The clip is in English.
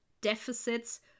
deficits